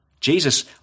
Jesus